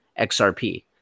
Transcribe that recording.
XRP